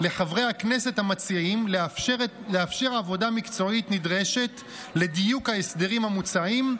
לחברי הכנסת המציעים לאפשר עבודה מקצועית נדרשת לדיוק ההסדרים המוצעים,